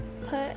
put